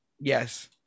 Yes